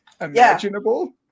imaginable